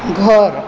घर